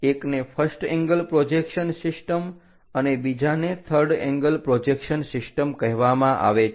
એકને first angle projection system અને બીજાને થર્ડ એંગલ પ્રોજેક્શન સિસ્ટમ કહેવામા આવે છે